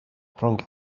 rhwng